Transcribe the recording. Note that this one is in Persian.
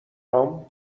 هام